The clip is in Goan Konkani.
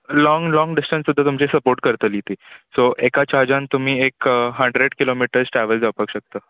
लाँग लाँग डिसटन्स सुद्दां तुमचे सपोट करतली ती सो एका चार्जान तुमी एक हंड्रेड किलोमिटज ट्रॅवल जावपाक शकता